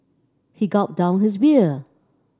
he gulped down his beer